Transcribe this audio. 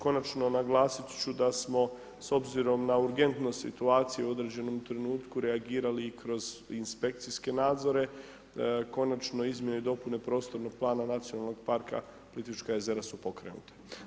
Konačno naglasiti ću da smo s obzirom na urgentnost situacije u određenom trenutku reagirali i kroz inspekcijske nadzore, konačno izmjene i dopune prostornog plana Nacionalnog parka Plitvička jezera su pokrenute.